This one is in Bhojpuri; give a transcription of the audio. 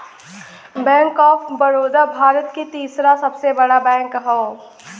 बैंक ऑफ बड़ोदा भारत के तीसरा सबसे बड़ा बैंक हौ